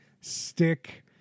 stick